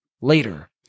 Later